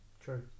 True